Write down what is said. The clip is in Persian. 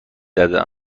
زده